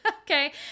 Okay